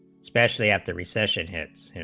specially at the recession hit